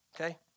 Okay